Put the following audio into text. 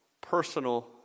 personal